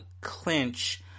clinch